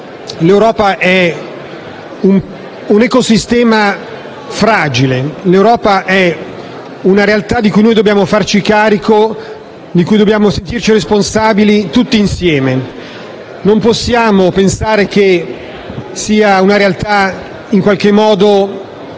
l'Europa è un ecosistema fragile, una realtà di cui dobbiamo farci carico e sentirci responsabili tutti insieme. Non possiamo pensare che sia una realtà irreversibile.